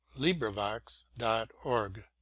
LibriVox.org